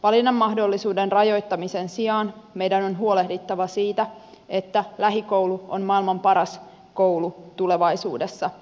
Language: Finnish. valinnan mahdollisuuden rajoittamisen sijaan meidän on huolehdittava siitä että lähikoulu on maailman paras koulu tulevaisuudessa